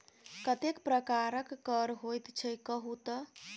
कतेक प्रकारक कर होइत छै कहु तए